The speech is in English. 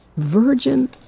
virgin